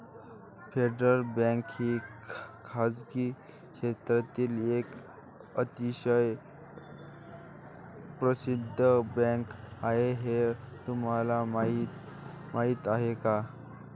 Federal Bank ही खासगी क्षेत्रातील एक अतिशय प्रसिद्ध बँक आहे हे तुम्हाला माहीत आहे का?